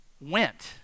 went